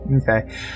Okay